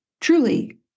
Truly